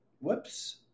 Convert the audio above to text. whoops